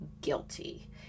guilty